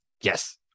Yes